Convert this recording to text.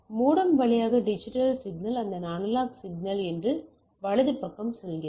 modem வழியாக digital signal இந்த analog சென்று வலது பக்கம் செல்கிறது